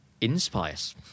inspires